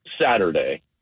Saturday